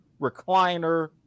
Recliner